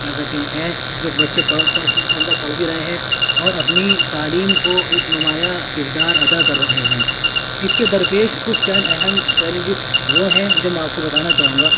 کیا کہتے ہیں جو بچے اندر پڑھ بھی رہے ہیں اور اپنی تعلیم کو ایک نمایا کردار ادا کر رہے ہیں اس کے درپیش کچھ چند اہم چیلنجز وہ ہیں جو میں آپ کو بتانا چاہوں گا